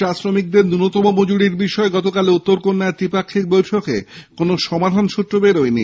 চা শ্রমিকদের নূন্যতম মজুরির বিষয়ে গতকাল উত্তরকন্যায় ত্রিপাঙ্কিক বৈঠকে কোন সমাধান সূত্র বেরোয়নি